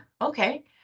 okay